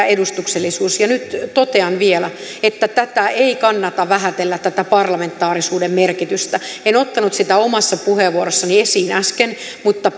edustuksellisuus nyt totean vielä että ei kannata vähätellä tätä parlamentaarisuuden merkitystä en ottanut sitä omassa puheenvuorossani esiin äsken mutta